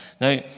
Now